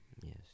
Yes